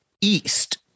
east